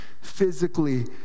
physically